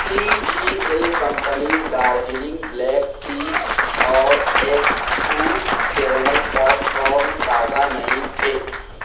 T G L company Darjeeling black tea اور ایک two caramel popcorn تازہ نہیں تھے